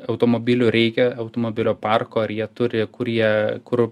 automobilių reikia automobilio parko ar jie turi kur jie kur